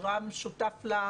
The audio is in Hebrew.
שרם שותף לה,